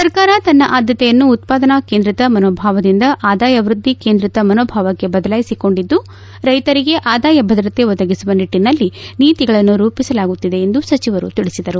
ಸರ್ಕಾರ ತನ್ನ ಆದ್ಯತೆಯನ್ನು ಉತ್ವಾದನಾ ಕೇಂದ್ರಿತ ಮನೋಭಾವದಿಂದ ಆದಾಯ ವೃದ್ದಿ ಕೇಂದ್ರಿತ ಮನೋಭಾವಕ್ಕೆ ಬದಲಾಯಿಸಿಕೊಂಡಿದ್ದು ರೈತರಿಗೆ ಆದಾಯ ಭದ್ರತೆ ಒದಗಿಸುವ ನಿಟ್ಟಿನಲ್ಲಿ ನೀತಿಗಳನ್ನು ರೂಪಿಸಲಾಗುತ್ತಿದೆ ಎಂದು ಸಚಿವರು ತಿಳಿಸಿದರು